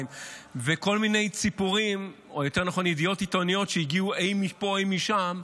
וכל מיני ציפורים או יותר נכון ידיעות עיתונאיות שהגיעו אי מפה אי משם,